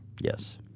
Yes